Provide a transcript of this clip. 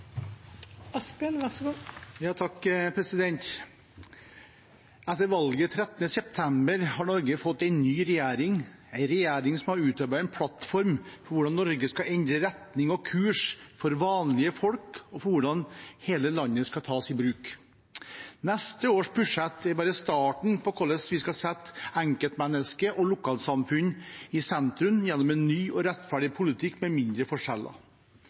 Etter valget 13. september har Norge fått en ny regjering, en regjering som har utarbeidet en plattform for hvordan Norge skal endre retning og kurs for vanlige folk, og for hvordan hele landet skal tas i bruk. Neste års budsjett er bare starten på hvordan vi skal sette enkeltmennesker og lokalsamfunn i sentrum gjennom en ny og rettferdig politikk med mindre forskjeller.